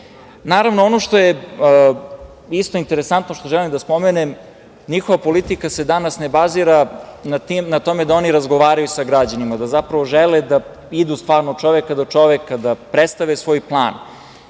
plasira. Naravno, ono što je isto interesantno, što želim da spomenem, njihova politika se danas ne bazira na tome da oni razgovaraju sa građanima, da zapravo žele da idu stvarno od čoveka do čoveka da predstave svoj plan.